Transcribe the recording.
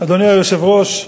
אדוני היושב-ראש,